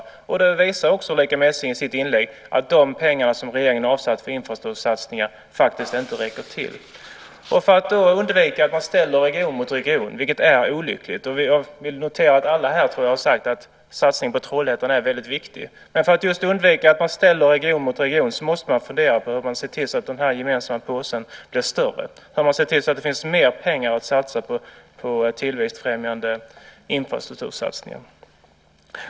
Ulrica Messing visar också i sitt inlägg att de pengar som regeringen har avsatt för infrastruktursatsningar faktiskt inte räcker till. Att ställa region mot region är olyckligt - jag vill notera att jag tror att alla här har sagt att satsningen på Trollhättan är väldigt viktig. Men för att just undvika att man ställer region mot region måste man fundera på hur man ser till att den gemensamma påsen blir större. Hur ser man till att det finns mer pengar att satsa på tillväxtfrämjande infrastruktursatsningar?